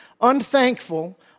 unthankful